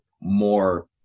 more